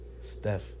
Steph